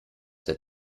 der